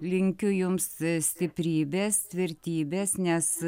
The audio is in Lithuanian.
linkiu jums stiprybės tvirtybės nes